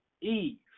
Eve